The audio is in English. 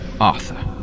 Arthur